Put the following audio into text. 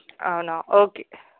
అవునా ఓకే